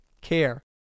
care